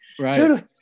Right